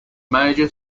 major